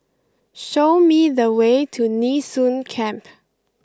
show me the way to Nee Soon Camp